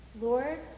Lord